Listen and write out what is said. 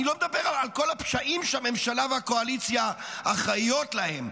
אני לא מדבר על כל הפשעים שהממשלה והקואליציה אחראיות להם,